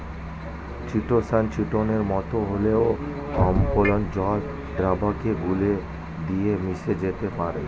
chitosan চিটোনের মতো হলেও অম্ল জল দ্রাবকে গুলে গিয়ে মিশে যেতে পারে